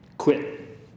Quit